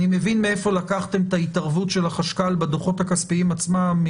אני מבין מאיפה לקחתם את ההתערבות של החשב הכללי בדוחות הכספיים עצמם,